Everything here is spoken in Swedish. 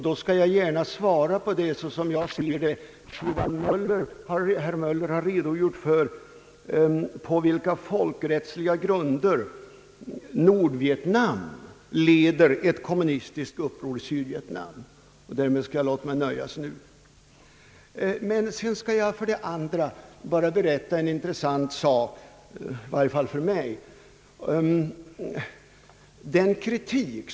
Då skall jag gärna redogöra för min uppfattning — efter det herr Möller har redovisat, på vilka folkrättsliga grunder Nordvietnam leder ett kommunistiskt uppror i Sydvietnam. Med detta skall jag nu låta mig nöja. Vidare skall jag bara berätta en i varje fall för mig intressant sak.